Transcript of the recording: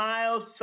Miles